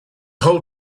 whole